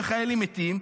כשחיילים מתים,